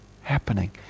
happening